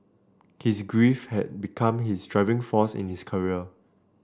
his grief had become his driving force in his career